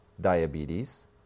diabetes